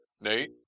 Nate